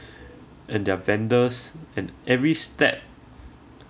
and their vendors and every step